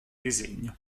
disegno